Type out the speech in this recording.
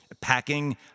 packing